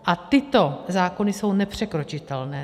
A tyto zákony jsou nepřekročitelné.